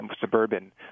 suburban